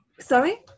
Sorry